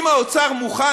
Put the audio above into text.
אם האוצר מוכן,